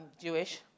Jewish